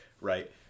right